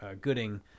Gooding